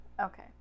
Okay